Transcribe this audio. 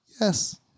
yes